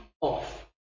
off